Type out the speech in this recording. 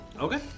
Okay